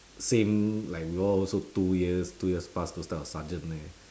same like we all also two years two years plus those type of sergeant leh